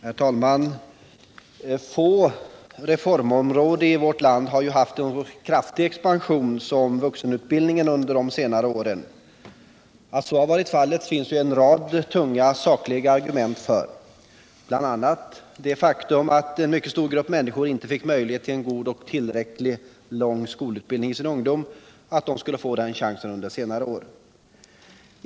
Herr talman! Få reformområden i vårt land har under de senare åren haft en så kraftig expansion som vuxenutbildningen. Det finns en rad sakliga argument för denna utbildning, bl.a. det faktum att en mycket stor grupp människor inte fick möjlighet till en god och tillräckligt lång skolutbildning i sin ungdom och att de bör få den chansen under senare år.